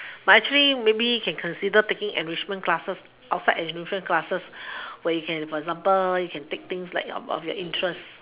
but actually maybe can consider taking enrichment classes outside enrichment classes where you can for example you can take things like of your interest